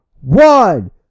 One